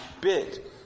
bit